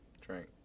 Drink